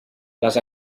les